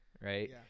right